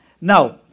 now